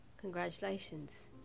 Congratulations